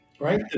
right